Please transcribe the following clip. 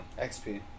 XP